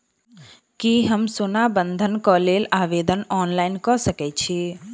की हम सोना बंधन कऽ लेल आवेदन ऑनलाइन कऽ सकै छी?